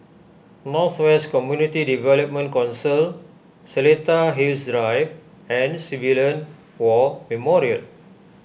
North West Community Development Council Seletar Hills Drive and Civilian War Memorial